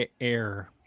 air